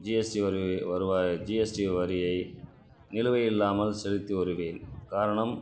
GST வரு வருவாய் GST வரியை நிலுவையில்லாமல் செலுத்தி வருவேன் காரணம்